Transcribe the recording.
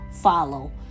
follow